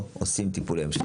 עושים טיפולי המשך,